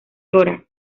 dra